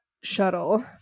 shuttle